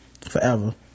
Forever